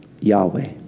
Yahweh